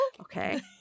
Okay